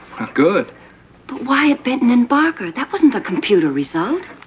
good. but why at benton and barker, that wasn't the computer result.